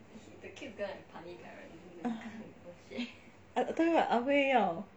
I told you what ah huay 要